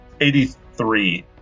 83